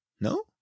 no